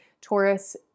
Taurus